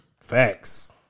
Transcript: Facts